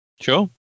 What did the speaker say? Sure